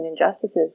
injustices